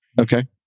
Okay